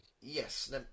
Yes